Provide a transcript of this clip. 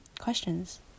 questions